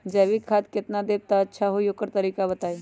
जैविक खाद केतना देब त अच्छा होइ ओकर तरीका बताई?